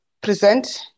present